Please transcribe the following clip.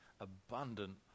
Abundant